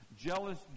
jealous